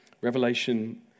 Revelation